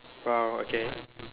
!wow! okay